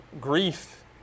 grief